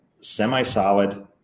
semi-solid